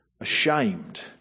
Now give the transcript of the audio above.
ashamed